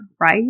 right